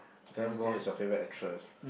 Fann-Wong is your favourite actress